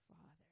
father